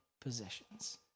possessions